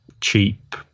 cheap